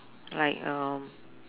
like um